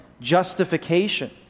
justification